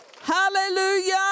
Hallelujah